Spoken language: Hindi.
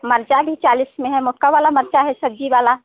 मिर्च भी चालीस में है मोटी वाली मिर्च है सब्जी वाली